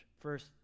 First